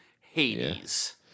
Hades